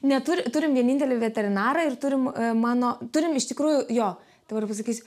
neturi turim vienintelį veterinarą ir turim mano turim iš tikrųjų jo dabar pasakysiu